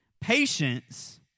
Patience